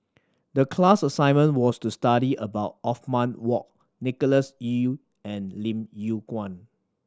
the class assignment was to study about Othman Wok Nicholas Ee and Lim Yew Kuan